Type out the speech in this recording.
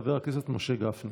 חבר הכנסת משה גפני.